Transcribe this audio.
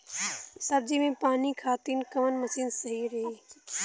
सब्जी में पानी खातिन कवन मशीन सही रही?